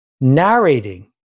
narrating